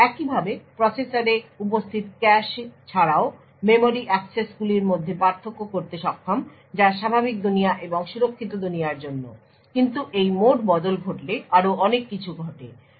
একইভাবে প্রসেসরে উপস্থিত ক্যাশে ছাড়াও মেমরি অ্যাক্সেসগুলির মধ্যে পার্থক্য করতে সক্ষম যা স্বাভাবিক দুনিয়া এবং সুরক্ষিত দুনিয়ার জন্য কিন্তু এই মোড বদল ঘটলে আরও অনেক কিছু ঘটে